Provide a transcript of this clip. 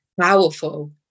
powerful